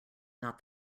not